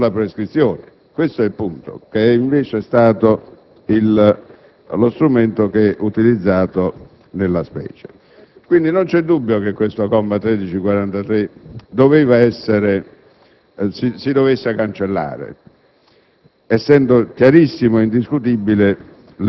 si può e si deve affrontare, ma non agendo sulla prescrizione - questo è il punto - che invece è stato lo strumento utilizzato nella specie. Quindi, non c'è dubbio che questo comma 1343 si dovesse cancellare